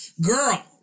girl